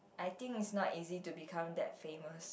I think it's not easy to become that famous